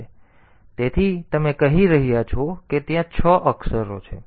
તેથી તમે કહી રહ્યા છો કે ત્યાં 6 અક્ષરો છે